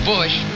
Bush